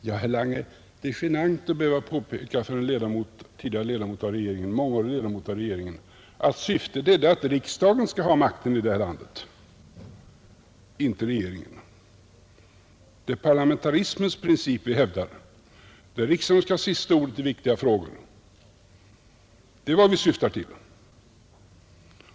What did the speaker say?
Ja, herr Lange, det är genant att behöva påpeka för en tidigare ledamot — och en mångårig ledamot — av regeringen att syftet är det, att riksdagen skall ha makten i det här landet — inte regeringen. Det är parlamentarismens princip vi hävdar. Det är riksdagen som skall ha sista ordet i viktiga frågor; det är vad vi syftar till.